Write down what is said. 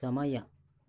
ಸಮಯ